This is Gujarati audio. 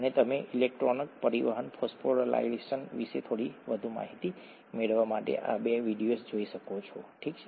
અને તમે ઇલેક્ટ્રોન પરિવહન ફોસ્ફોરાયલેશન વિશે થોડી વધુ માહિતી મેળવવા માટે આ 2 વિડિઓઝ જોઈ શકો છો ઠીક છે